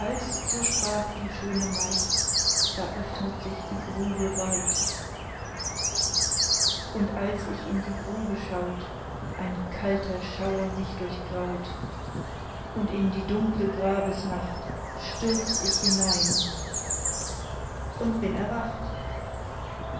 so sprach die schöne maid da öffnet sich die grube weit und als ich in die grube schaut ein kalter schauer mich durchgraut und in die dunkle grabesnacht stürzt ich hinein und bin erwacht